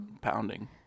Pounding